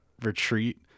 retreat